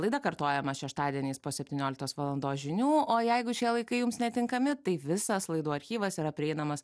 laida kartojama šeštadieniais po septynioliktos valandos žinių o jeigu šie laikai jums netinkami tai visas laidų archyvas yra prieinamas